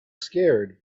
scared